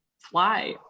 fly